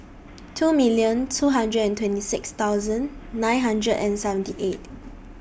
two million two hundred and twenty six thousand nine hundred and seventy eight